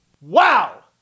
Wow